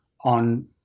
on